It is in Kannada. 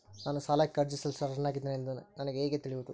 ನಾನು ಸಾಲಕ್ಕೆ ಅರ್ಜಿ ಸಲ್ಲಿಸಲು ಅರ್ಹನಾಗಿದ್ದೇನೆ ಎಂದು ನನಗೆ ಹೇಗೆ ತಿಳಿಯುವುದು?